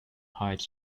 hyde